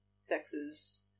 sexes